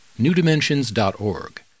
newdimensions.org